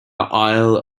isle